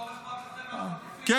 פתאום אכפת לכם מהחטופים.